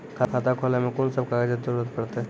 खाता खोलै मे कून सब कागजात जरूरत परतै?